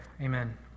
Amen